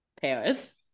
Paris